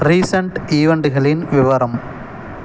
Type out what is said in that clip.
recent ஈவெண்டுகளின் விவரம்